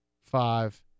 five